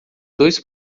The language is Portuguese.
dois